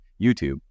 YouTube